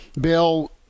Bill